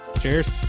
Cheers